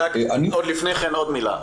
לפני כן עוד מילה.